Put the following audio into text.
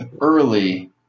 early